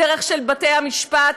הדרך של בתי המשפט.